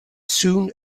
soon